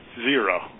zero